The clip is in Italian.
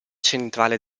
centrale